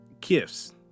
gifts